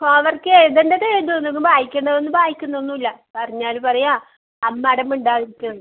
homework എഴുതേണ്ടത് എഴുതും എന്തെങ്കിലും വായിക്കേണ്ടതൊന്നും വായിക്കുന്നൊന്നും ഇല്ല പറഞ്ഞാൽ പറയുക അമ്മ അവിടെ മിണ്ടാതിരിക്ക് പറയും